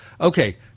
Okay